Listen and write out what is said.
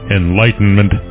enlightenment